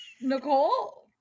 nicole